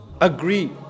Agree